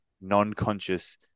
non-conscious